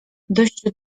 dość